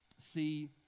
See